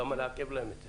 למה לעכב להם את זה?